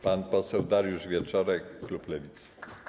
Pan poseł Dariusz Wieczorek, klub Lewicy.